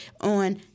on